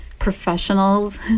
professionals